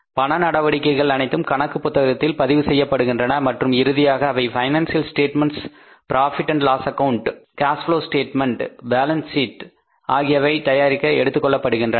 பண நடவடிக்கைகள் அனைத்தும் கணக்குப் புத்தகங்களில் பதிவு செய்யப்படுகின்றன மற்றும் இறுதியாக அவை financial statements profit and loss அக்கவுண்ட்Profit Loss Accounting balance sheet cash flow statement ஆகியவை தயாரிக்க எடுத்துக்கொள்ளப்படுகின்றன